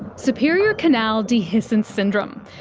superior canal dehiscence syndrome,